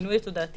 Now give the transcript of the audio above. השינוי התודעתי